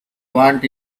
want